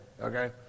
okay